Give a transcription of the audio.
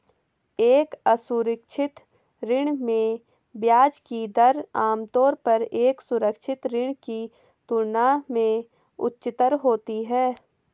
एक असुरक्षित ऋण में ब्याज की दर आमतौर पर एक सुरक्षित ऋण की तुलना में उच्चतर होती है?